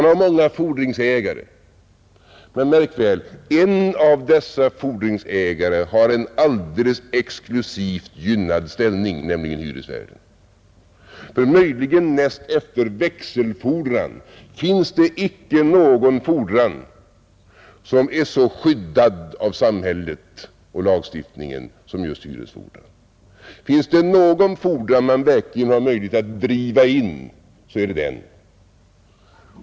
De har många fordringsägare, men märk väl: en av dessa fordringsägare har en alldeles exklusivt gynnad ställning, nämligen hyresvärden, För näst efter växelfordran finns inte någon fordran som är så skyddad av samhället och lagstiftningen som just en hyresfordran, Finns det någon fordran man verkligen har möjligheter att driva in, så är det en sådan.